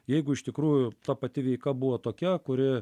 jeigu iš tikrųjų ta pati veika buvo tokia kuri